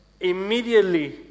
immediately